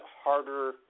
harder